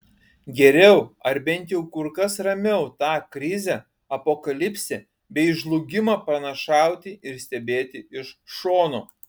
geriau ar bent jau kur kas ramiau tą krizę apokalipsę bei žlugimą pranašauti ir stebėti iš šono